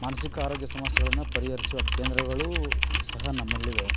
ಮಾನಸಿಕ ಆರೋಗ್ಯ ಸಮಸ್ಯೆಗಳನ್ನು ಪರಿಹರಿಸುವ ಕೇಂದ್ರಗಳು ಸಹ ನಮ್ಮಲ್ಲಿವೆ